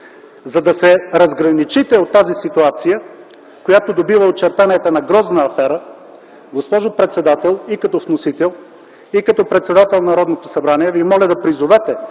За да се разграничите от тази ситуация, която добива очертанията на грозна афера, госпожо председател - и като вносител, и като председател на Народното събрание, Ви моля да призовете